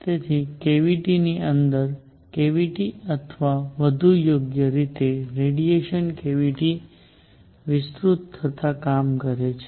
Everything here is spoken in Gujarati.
તેથી કેવીટીની અંદર કેવીટી અથવા વધુ યોગ્ય રીતે રડીયેશન કેવીટી વિસ્તૃત થતાં કામ કરે છે